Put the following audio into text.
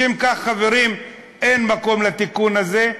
משום כך, אדוני, אין מקום לתיקון הזה.